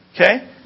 Okay